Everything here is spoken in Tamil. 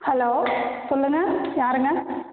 ஹலோ சொல்லுங்கள் யாருங்க